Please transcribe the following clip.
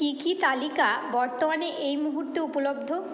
কী কী তালিকা বর্তমানে এই মুহূর্তে উপলব্ধ